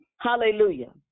Hallelujah